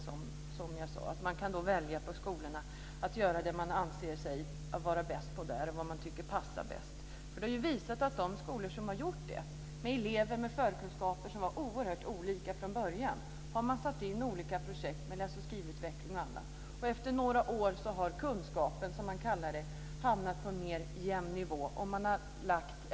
Skolorna kan då välja det som man anser sig bäst på och vad som passar bäst. Skolor som har haft elever med olika förkunskaper från början och som har genomfört olika projekt med läs och skrivutveckling har efter några år funnit att kunskaperna har hamnat på mer jämn nivå.